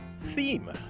theme